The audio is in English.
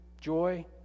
joy